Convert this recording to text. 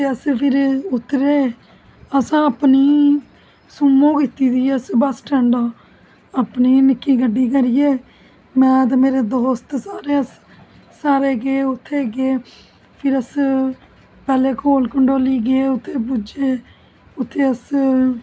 ते असें फिर उतरे असां अपनी सुम्मो कीती दी ऐ सुम्मो बस स्टैड़ दा अपनी निक्की गड्डी करियै में ते मेरे दोस्त सारे अस सारे गे उत्थै गे फिर अस पैहले कोल कंढोली गे उत्थै पुज्जे उत्थै अस